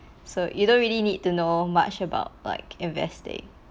so you don't really need to know much about like investing